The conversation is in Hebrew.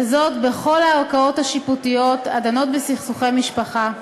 וזאת בכל הערכאות השיפוטיות הדנות בסכסוכי משפחה,